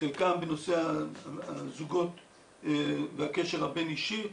חלקן בנושא הזוגות והקשר הבין-אישי,